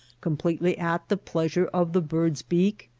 completely at the pleasure of the bird s beak?